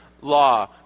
law